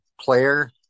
player